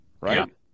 right